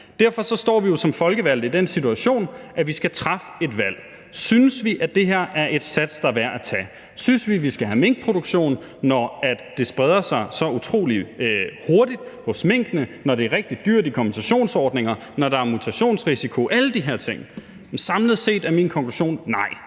Derfor står vi jo som folkevalgte i den situation, at vi skal træffe et valg. Synes vi, at det her er en satsning, der er værd at gøre? Synes vi, at vi skal have minkproduktion, når det spreder sig så utrolig hurtigt hos minkene, når det er rigtig dyrt i kompensationsordninger, og når der er mutationsrisiko – alle de her ting? Samlet set er min konklusion: Nej,